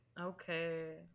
Okay